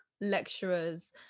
lecturers